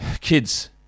Kids